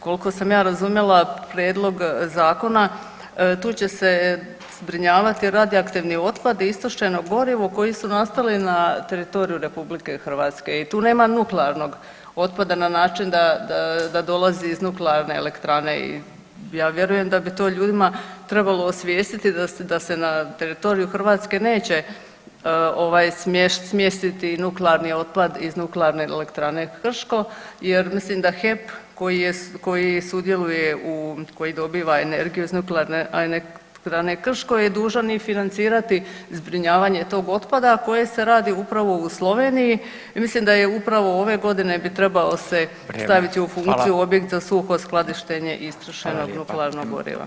Kolko sam ja razumjela prijedlog zakona tu će se zbrinjavati radioaktivni otpad istrošenog goriva koji su nastali na teritoriju RH i tu nema nuklearnog otpada na način da dolazi iz nuklearne elektrane i ja vjerujem da bi to ljudima trebalo osvijestiti da se na teritoriju Hrvatske neće ovaj smjestiti nuklearni otpad iz Nuklearne elektrane Krško jer mislim da HEP koji sudjeluje u, koji dobiva energiju iz Nuklearne elektrane Krško je dužan i financirati zbrinjavanje tog otpada koje se radi upravo u Sloveniji i mislim da je upravo ove godine trebalo se [[Upadica Radin: Vrijeme, hvala.]] staviti u funkciju za suho skladištenje istrošenog nuklearnog goriva.